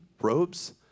robes